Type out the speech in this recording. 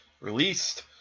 released